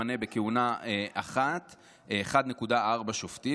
אין סיכוי.